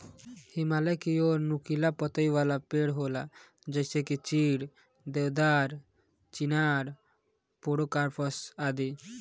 हिमालय की ओर नुकीला पतइ वाला पेड़ होला जइसे की चीड़, देवदार, चिनार, पोड़ोकार्पस आदि